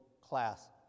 class